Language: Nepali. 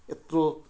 यत्रो